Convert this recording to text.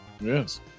Yes